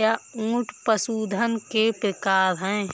या ऊंट पशुधन के प्रकार हैं